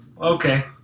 okay